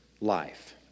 life